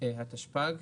התשפ"ב,